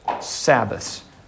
Sabbath